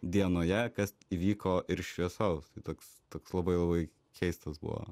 dienoje kas įvyko ir šviesaus toks toks labai labai keistas buvo